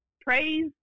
Praise